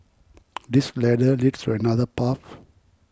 this ladder leads to another path